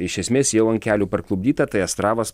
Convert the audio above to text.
iš esmės jau ant kelių parklupdyta tai astravas